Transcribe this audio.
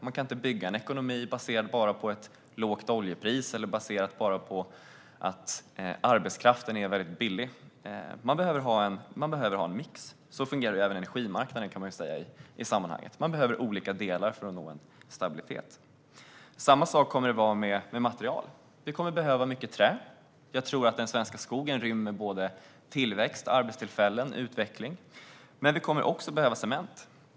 Man kan inte bygga en ekonomi baserad bara på ett lågt oljepris eller baserad bara på att arbetskraften är väldigt billig. Man behöver ha en mix. Så fungerar även energimarknaden, kan man säga i sammanhanget. Man behöver olika delar för att nå en stabilitet. Samma sak kommer det att vara med material. Vi kommer att behöva mycket trä. Jag tror att den svenska skogen rymmer tillväxt, arbetstillfällen och utveckling. Men vi kommer också att behöva cement.